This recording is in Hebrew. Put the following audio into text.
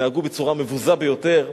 שהתנהגו בצורה מבוזה ביותר.